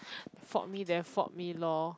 fault me then fault me lor